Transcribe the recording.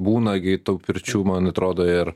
būna gi tų pirčių man atrodo ir